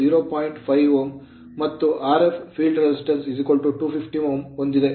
5Ω ಮತ್ತು Rf field resistance field resistance 250Ω ಹೊಂದಿದೆ